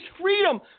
freedom